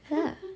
ya